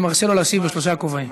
אני מרשה לו להשיב בשלושה כובעים.